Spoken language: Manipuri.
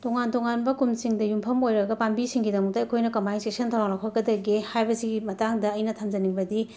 ꯇꯣꯉꯥꯟ ꯇꯣꯉꯥꯟꯕ ꯀꯨꯝꯁꯤꯡꯗ ꯌꯨꯝꯐꯝ ꯑꯣꯏꯔꯒ ꯄꯥꯟꯕꯤꯁꯤꯡꯒꯤꯗꯃꯛꯇ ꯑꯩꯈꯣꯏꯅ ꯀꯃꯥꯏꯅ ꯆꯦꯛꯁꯤꯟ ꯊꯧꯔꯥꯡ ꯂꯧꯈꯠꯀꯗꯒꯦ ꯍꯥꯏꯕꯁꯤꯒꯤ ꯃꯇꯥꯡꯗ ꯑꯩꯅ ꯊꯝꯖꯅꯤꯡꯕꯗꯤ